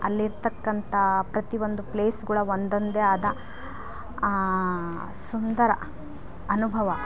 ಅಲ್ಲಿರತಕ್ಕಂಥ ಪ್ರತಿಯೊಂದು ಪ್ಲೇಸ್ಗಳ ಒಂದೊಂದೇ ಆದ ಸುಂದರ ಅನುಭವ